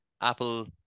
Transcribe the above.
apple